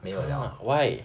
why